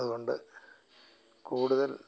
അതുകൊണ്ട് കൂടുതൽ